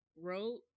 wrote